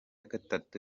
gatatu